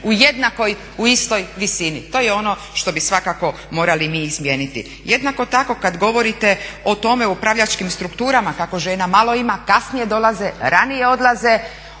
u jednakoj, u istoj visini, to je ono što bi svakako morali mi izmijeniti. Jednako tako kada govorite o tome o upravljačkim strukturama kako žena malo ima, kasnije dolaze, ranije odlaze.